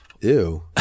Ew